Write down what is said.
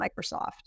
Microsoft